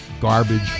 garbage